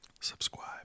Subscribe